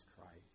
Christ